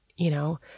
you know,